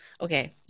Okay